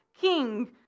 king